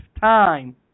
time